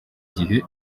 igihe